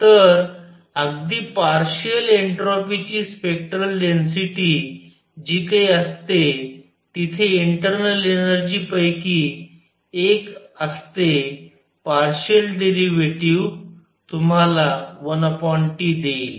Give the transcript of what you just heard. तर अगदी पार्शिअल एंट्रोपीची स्पेक्टरल डेन्सिटी जी काही असते तिथे इंटर्नल एनर्जी पैकी एक असते पार्शिअल डेरीवेटीव्ह तुम्हाला 1Tदेईल